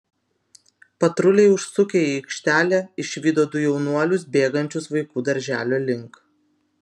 patruliai užsukę į aikštelę išvydo du jaunuolius bėgančius vaikų darželio link